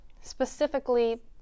Specifically